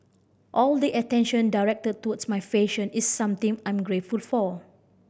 all the attention directed towards my fashion is something I'm grateful for